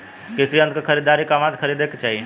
कृषि यंत्र क खरीदारी कहवा से खरीदे के चाही?